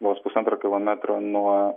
vos pusantro kilometro nuo